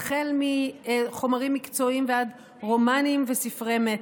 החל מחומרים מקצועיים ועד רומנים וספרי מתח,